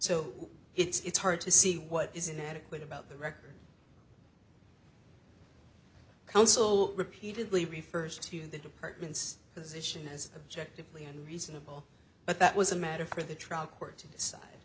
so it's hard to see what is inadequate about the record counsel repeatedly refers to the department's position as objectively and reasonable but that was a matter for the trial court to decide